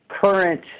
current